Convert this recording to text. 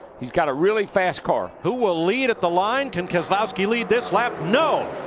he's got a really fast car. who will lead at the line? can keslowski lead this lap? no.